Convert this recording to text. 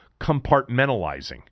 compartmentalizing